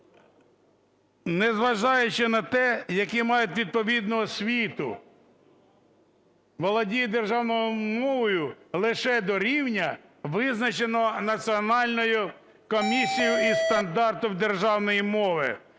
незважаючи на те, які мають відповідну освіту, володіють державною мовою лише до рівня, визначеного Національною комісією зі стандартів державної мови.